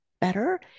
better